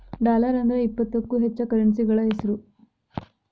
dollar ಅಂದ್ರ ಇಪ್ಪತ್ತಕ್ಕೂ ಹೆಚ್ಚ ಕರೆನ್ಸಿಗಳ ಹೆಸ್ರು